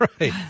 right